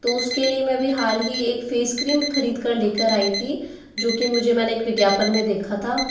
तो उसके लिए मैं अभी हाल ही एक फ़ेस क्रीम खरीद कर लेकर आई थी जो कि मुझे मैंने एक विज्ञापन में देखा था